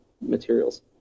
materials